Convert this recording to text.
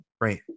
Right